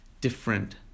different